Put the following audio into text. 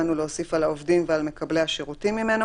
העובדים ועל מקבלי השירותים ממנו,